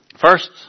First